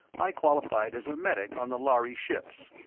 i qualified as a medic on the lhari ships,